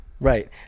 Right